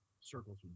circles